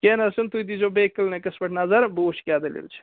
کیٚنہہ نہ حظ چھُنہٕ تُہۍ دِی زیٚو بیٚیہِ کِلنِکَس پٮ۪ٹھ نظر بہٕ وُچھ کیٛاہ دٔلیٖل چھِ